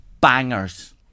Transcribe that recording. Bangers